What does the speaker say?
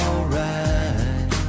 Alright